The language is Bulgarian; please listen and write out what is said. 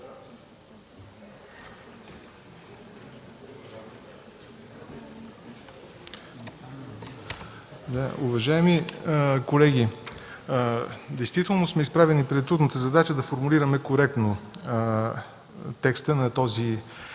Уважаеми колеги, действително сме изправени пред трудната задача да формулираме коректно текста на тази норма.